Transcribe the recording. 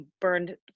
burned